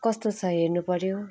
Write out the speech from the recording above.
कस्तो छ हेर्नुपऱ्यो